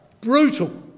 Brutal